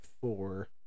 four